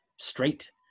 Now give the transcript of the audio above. straight